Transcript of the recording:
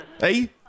Hey